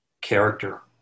character